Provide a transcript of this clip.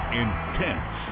intense